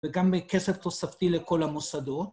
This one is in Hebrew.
וגם בכסף תוספתי לכל המוסדות.